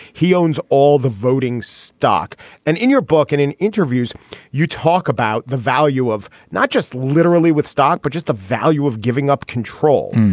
he owns all the voting stock and in your book and in interviews you talk about the value of not just literally with stock. but the value of giving up control.